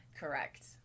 Correct